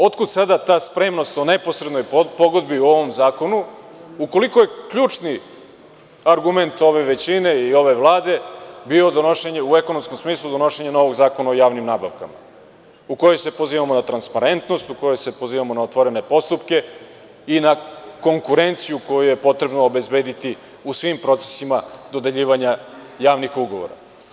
Otkud sada ta spremnost o neposrednoj pogodbi u ovom zakonu ukoliko je ključni argument ove većine i ove Vlade bio donošenje, u ekonomskom smislu, novog Zakona o javnim nabavkama, u kome se pozivamo na transparentnost, u kojoj se pozivamo na otvorene postupke i na konkurenciju koju je potrebno obezbediti u svim procesima dodeljivanja javnih ugovora.